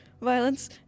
violence